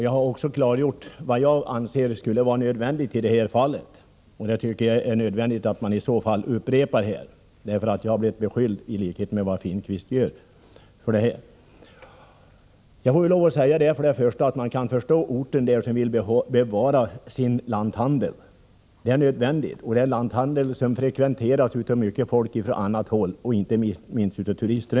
Jag har klargjort vad jag anser är nödvändigt i detta fall, och det finns det anledning för mig att upprepa, eftersom jag har blivit beskylld för saker och ting av Bo Finnkvist m.fl. Jag kan förstå människorna på orten, som vill bevara sin lanthandel. Det är nödvändigt, då det är en lanthandel som frekventeras av mycket folk också från andra trakter och inte minst av turister.